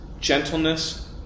gentleness